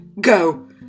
Go